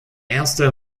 erste